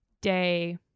day